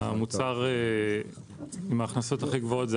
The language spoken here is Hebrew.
המוצר עם ההכנסות הכי גבוהות זה